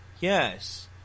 yes